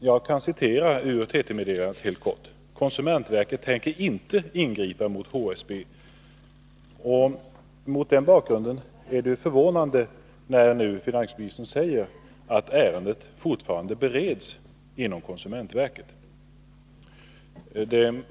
Jag kan citera helt kort ur TT-meddelandet: ”Konsumentverket tänker inte ingripa mot HSB.” Mot den bakgrunden är det förvånande att finansministern nu säger att ärendet fortfarande bereds inom konsumentverket.